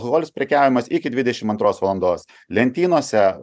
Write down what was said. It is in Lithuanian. alkoholis prekiaujamas iki dvidešimt antros valandos lentynose